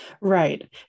Right